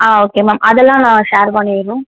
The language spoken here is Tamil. ஆ ஓகே மேம் அதெல்லாம் நான் ஷேர் பண்ணிடணும்